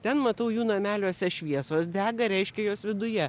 ten matau jų nameliuose šviesos dega reiškia jos viduje